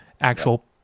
actual